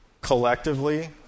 collectively